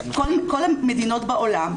כל המדינות בעולם,